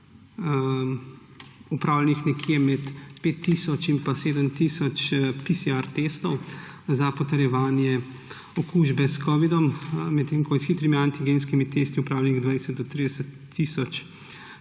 opravljenih nekje med 5 tisoč in 7 tisoč PCR-testov za potrjevanje okužbe s covidom-19, medtem ko je s hitrimi antigenskimi testi opravljenih 20 do 30 tisoč